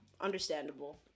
understandable